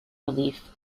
relief